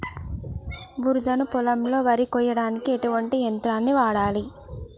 బురద పొలంలో వరి కొయ్యడానికి ఎటువంటి యంత్రాన్ని వాడాలి?